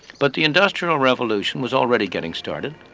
but the industrial revolution was already getting started,